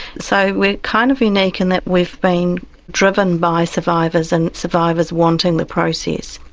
so we are kind of unique in that we've been driven by survivors and survivors wanting the process.